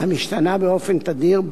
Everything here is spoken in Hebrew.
המשתנה באופן תדיר,